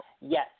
Yes